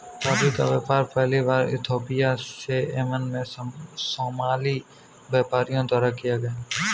coffee का व्यापार पहली बार इथोपिया से यमन में सोमाली व्यापारियों द्वारा किया गया